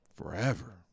forever